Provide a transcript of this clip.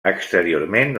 exteriorment